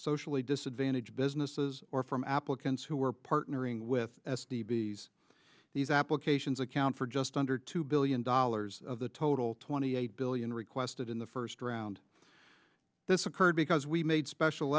socially disadvantaged businesses or from applicants who are partnering with the bees these applications account for just under two billion dollars of the total twenty eight billion requested in the first round this occurred because we made special